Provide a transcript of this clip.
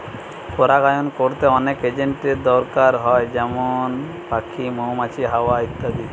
পরাগায়ন কোরতে অনেক এজেন্টের দোরকার হয় যেমন পাখি, মৌমাছি, হাওয়া ইত্যাদি